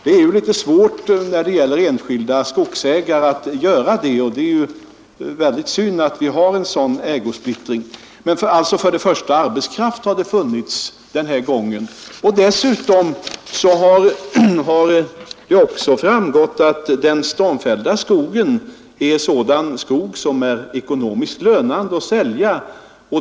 Det är litet svårt för enskilda skogsägare att göra det. Det är väldigt synd att vi har en sädan ägosplittring. Men. som sagt, arbetskraft har funnits den här gången. Dessutom har det också framgått att den stormfällda skogen är sådan skog som är ekonomiskt lönande att sälja.